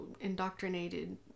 indoctrinated